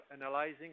analyzing